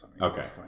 Okay